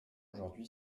aujourd’hui